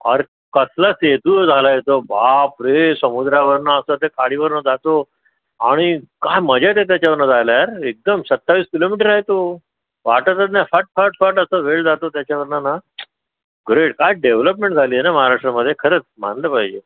अरे कसला सेतू झाला आहे तो बापरे समुद्रावरनं असा त्या खाडीवरनं जातो आणि काय मजा येते त्याच्यावरनं जायला यार एकदम सत्तावीस किलोमीटर आहे तो वाटतच नाही फटफटफट असा वेळ जातो त्याच्यावरनं ना ग्रेट काय डेव्हलपमेन्ट झाली आहे ना महाराष्ट्रामध्ये खरंच मानलं पाहिजे